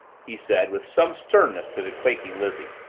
he said with some sternness to the quaking lizzie,